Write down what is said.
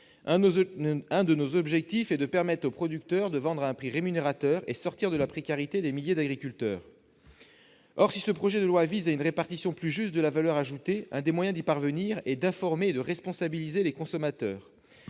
L'un de nos objectifs est de permettre aux producteurs de vendre à un prix rémunérateur et de sortir de la précarité des milliers d'agriculteurs. Or, si ce projet de loi vise à une répartition plus juste de la valeur ajoutée, l'un des moyens d'y parvenir est d'informer et de responsabiliser les consommateurs.